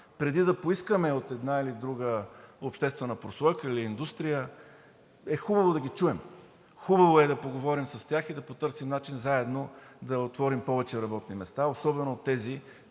Преди да го поискаме от една или друга обществена прослойка или индустрия, е хубаво да ги чуем. Хубаво е да поговорим с тях и да потърсим начин заедно да отворим повече работни места, особено тези,